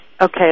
okay